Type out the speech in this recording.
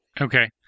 okay